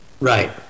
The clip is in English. Right